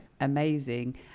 Amazing